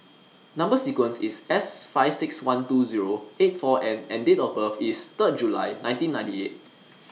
Number sequence IS S five six one two Zero eight four N and Date of birth IS Third July nineteen ninety eight